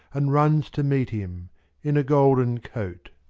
and runs to meet him in a golden coat.